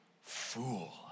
fool